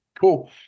cool